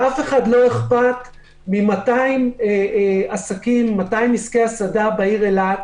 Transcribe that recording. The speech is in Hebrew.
לאף אחד לא אכפת מ-200 עסקי הסעדה בעיר אילת,